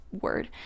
word